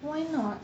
why not